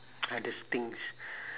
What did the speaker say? hardest things